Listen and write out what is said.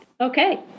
Okay